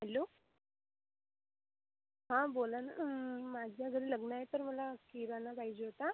hello हां बोला ना माझ्या घरी लग्न आहे तर मला किराणा पाहिजे होता